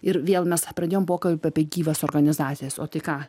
ir vėl mes pradėjom pokalbį apie gyvas organizacijas o tai ką